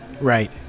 Right